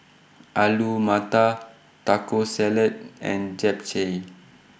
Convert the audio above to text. Alu Matar Taco Salad and Japchae